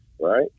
right